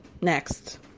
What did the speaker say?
Next